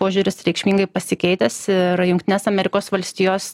požiūris reikšmingai pasikeitęs ir jungtines amerikos valstijos